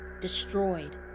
destroyed